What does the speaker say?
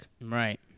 Right